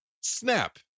snap